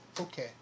Okay